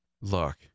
Look